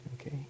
okay